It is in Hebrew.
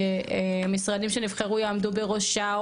שמשרדים שנבחרו יעמדו בראשה,